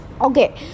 Okay